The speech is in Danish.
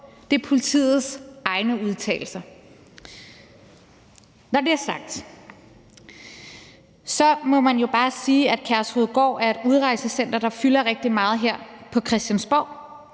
det er politiets egne udtalelser. Når det er sagt, må man jo bare sige, at Kærshovedgård er et udrejsecenter, der fylder rigtig meget her på Christiansborg